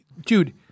Dude